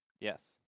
Yes